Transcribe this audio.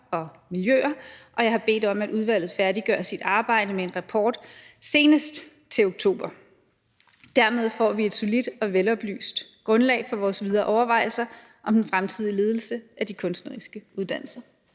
og miljøer, og jeg har bedt om, at udvalget færdiggør sit arbejde med en rapport senest til oktober. Dermed får vi et solidt og veloplyst grundlag for vores videre overvejelser om den fremtidige ledelse af de kunstneriske uddannelser.